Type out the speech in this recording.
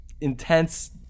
intense